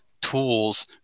tools